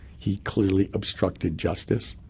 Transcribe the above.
he clearly obstructed justice,